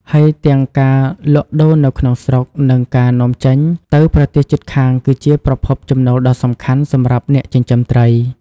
ហើយទាំងការលក់ដូរនៅក្នុងស្រុក និងការនាំចេញទៅប្រទេសជិតខាង គឺជាប្រភពចំណូលដ៏សំខាន់សម្រាប់អ្នកចិញ្ចឹមត្រី។